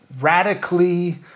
radically